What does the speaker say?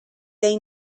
they